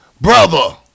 Brother